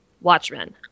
Watchmen